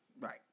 right